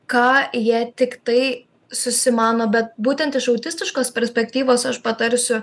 ką jie tiktai susimano bet būtent iš autistiškos perspektyvos aš patarsiu